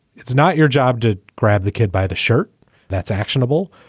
it's not your job to grab the kid by the shirt that's actionable.